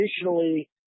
additionally